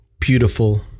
beautiful